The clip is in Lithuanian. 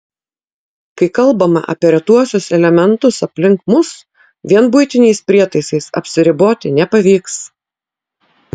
kai kalbama apie retuosius elementus aplink mus vien buitiniais prietaisais apsiriboti nepavyks